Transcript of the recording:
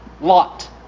Lot